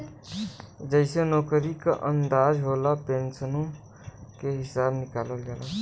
जइसे नउकरी क अंदाज होला, पेन्सनो के हिसब निकालल जाला